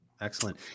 Excellent